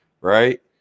Right